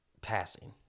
passing